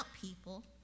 people